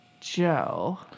Joe